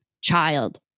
child